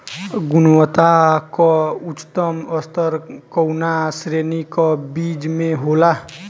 गुणवत्ता क उच्चतम स्तर कउना श्रेणी क बीज मे होला?